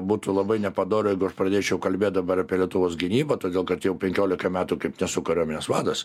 būtų labai nepadoru dabar pradėčiau kalbėt dabar apie lietuvos gynybą todėl kad jau penkiolika metų kaip nesu kariuomenės vadas